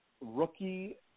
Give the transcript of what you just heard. rookie